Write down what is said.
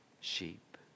sheep